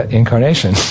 incarnation